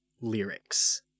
lyrics